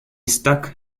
stuck